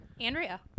Andrea